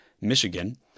Michigan